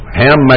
ham